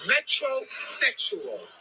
Metrosexual